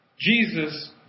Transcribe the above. Jesus